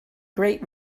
great